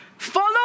follow